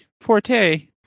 forte